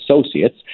Associates